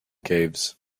caves